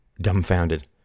dumbfounded